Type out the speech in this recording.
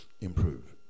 improve